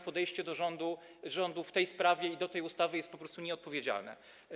Podejście rządu w tej sprawie i do tej ustawy jest po prostu nieodpowiedzialne.